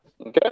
okay